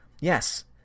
yes